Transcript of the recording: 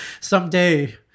someday